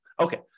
Okay